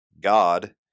God